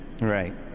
Right